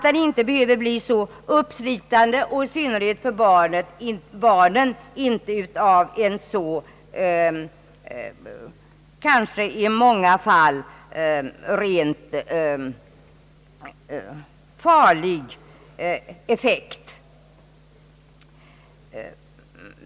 Den behöver inte bli så uppslitande och i synnerhet för barnen inte av en i många fall rent farlig effekt.